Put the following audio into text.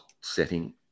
setting